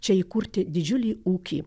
čia įkurti didžiulį ūkį